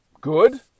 good